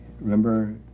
Remember